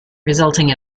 resulting